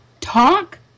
talk